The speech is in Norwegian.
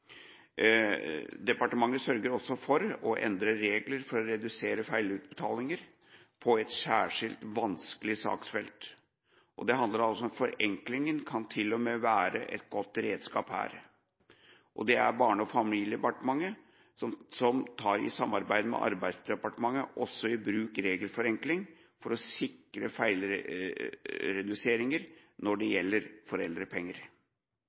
Departementet sørger også for å endre regler for å redusere feilutbetalinger på et særskilt vanskelig saksfelt. Det handler om at forenklingen til og med kan være et godt redskap, og det er Barne- og familiedepartementet som i samarbeid med Arbeidsdepartementet tar i bruk regelforenkling for å sikre feilreduseringer når det gjelder foreldrepenger.